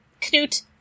Knut